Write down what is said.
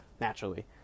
naturally